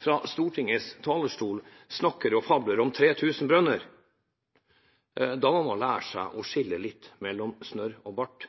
fra Stortingets talerstol fabler om 3 000 brønner – da må man lære seg å skille litt mellom snørr og bart.